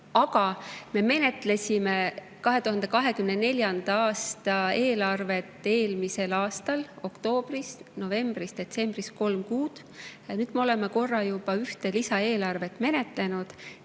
Aga me menetlesime 2024. aasta eelarvet eelmisel aastal oktoobris, novembris, detsembris – kolm kuud. Nüüd me oleme korra juba ühte lisaeelarvet menetlenud.